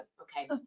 Okay